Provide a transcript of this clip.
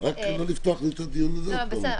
רק לא לפתוח לי את הדיון הזה עוד פעם.